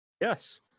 yes